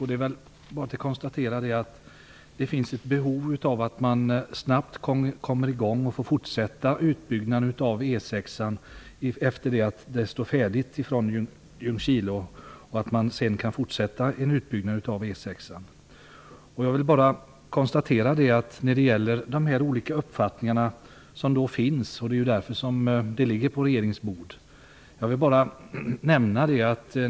Det är bara att konstatera att det finns ett behov av att man snabbt kommer i gång med en fortsatt utbyggnad av E 6:an efter det att den står färdig vid Ljungskile. Det finns olika uppfattningar, och det är därför frågan ligger på regeringens bord.